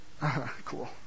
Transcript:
Cool